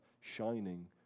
shining